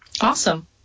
Awesome